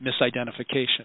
misidentification